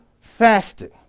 fasting